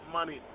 money